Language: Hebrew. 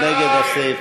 מי נגד הסעיפים?